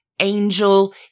angel